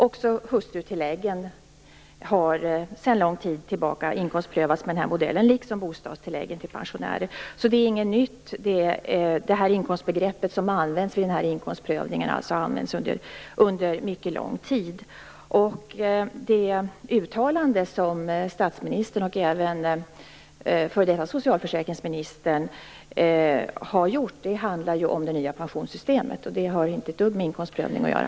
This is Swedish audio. Även hustrutilläggen har sedan lång tid tillbaka inkomstprövats enligt den här modellen, liksom bostadstillägget till pensionärer. Så det är inte något nytt. Det inkomstbegrepp som används vid inkomstprövningen har alltså använts under mycket lång tid. Det uttalande som statsministern och även f.d. socialförsäkringsministern har gjort handlar om det nya pensionssystemet. Det har inte ett dugg med inkomstprövning att göra.